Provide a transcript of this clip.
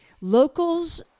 Locals